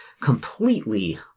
completely